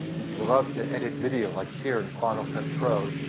and you you love to edit video like here in final cut pro,